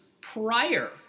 prior